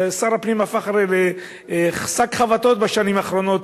שר הפנים הפך הרי לשק חבטות בשנים האחרונות,